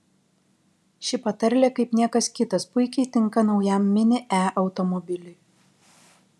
ši patarlė kaip niekas kitas puikiai tinka naujam mini e automobiliui